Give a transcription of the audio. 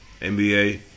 NBA